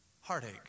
heartache